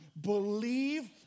Believe